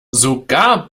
sogar